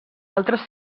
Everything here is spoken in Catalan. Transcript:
altres